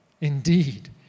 Indeed